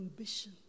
ambition